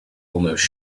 almost